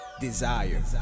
desire